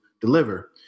deliver